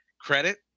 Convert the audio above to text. credit